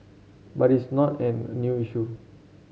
but it's not an new issue